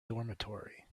dormitory